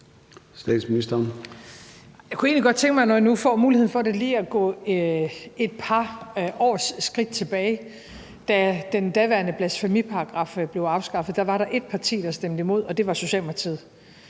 Frederiksen): Jeg kunne egentlig godt tænke mig, når jeg nu får muligheden for det, lige at gå et par skridt eller år tilbage. Da den daværende blasfemiparagraf blev afskaffet, var der et parti, der stemte imod, og det var Socialdemokratiet.